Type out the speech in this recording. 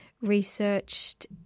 researched